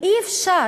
אי-אפשר.